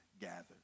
gathered